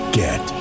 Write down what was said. get